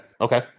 Okay